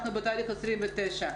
אנחנו בתאריך ה-29.